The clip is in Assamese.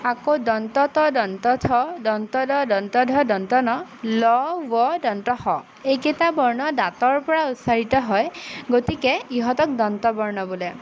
আকৌ দন্ত ত দন্ত থ দন্ত দ দন্ত ধ দন্ত ন ল ৱ দন্ত স এইকেইটা বৰ্ণ দাঁতৰ পৰা উচ্চাৰিত হয় গতিকে ইহঁতক দন্ত বৰ্ণ বোলে